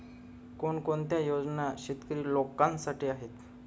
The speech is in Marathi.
कोणकोणत्या योजना शेतकरी लोकांसाठी आहेत?